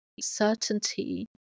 certainty